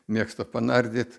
mėgsta panardyt